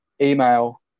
email